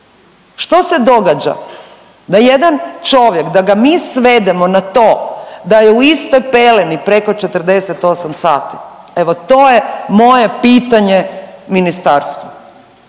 Što se događa da jedan čovjek da ga mi svedemo na to da je u istoj peleni preko 48 sati. Evo to je moje pitanje ministarstvu.